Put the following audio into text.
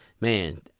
man